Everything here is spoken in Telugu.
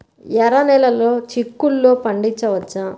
ఎర్ర నెలలో చిక్కుల్లో పండించవచ్చా?